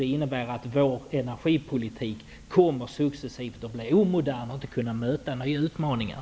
Det innebär att vår energipolitik successivt kommer att bli omodern och inte kan möta nya utmaningar.